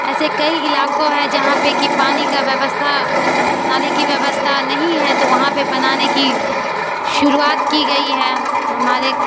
ایسے کئی علاقوں ہے جہاں پہ کہ پانی کا ویوستھا نالے کی ویوستھا نہیں ہے تو وہاں پہ بنانے کی شروعات کی گئی ہے ہمارے